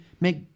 make